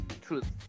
Truth